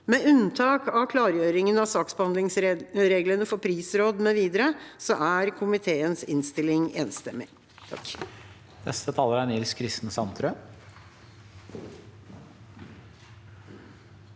Med unntak av klargjøringen av saksbehandlingsreglene for prisråd mv. er komiteens innstilling enstemmig.